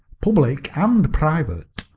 public and private.